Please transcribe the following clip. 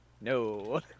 No